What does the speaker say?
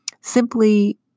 simply